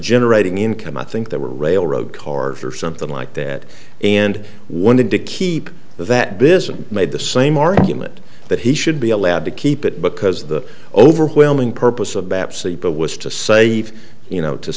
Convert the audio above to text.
generating income i think they were railroad cars or something like that and wanted to keep that business made the same argument that he should be allowed to keep it because the overwhelming purpose of babsy was to save you know to